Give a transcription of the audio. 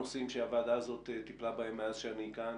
שהוועדה טיפלה מאז שאני כאן,